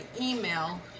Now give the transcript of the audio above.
email